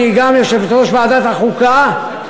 שהיא גם יושבת-ראש ועדת שרים לחקיקה,